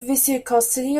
viscosity